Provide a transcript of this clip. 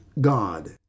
God